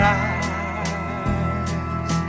eyes